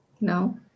No